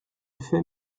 fait